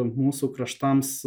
mūsų kraštams